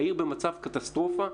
העיר במצב קטסטרופה,